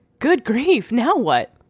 good grief. now what